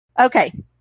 Okay